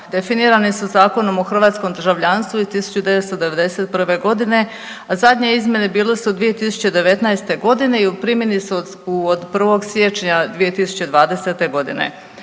definirani su Zakonom o hrvatskom državljanstvu iz 1991. godine, a zadnje izmjene bile su 2019. godine i u primjeni su od 1. siječnja 2020. godine.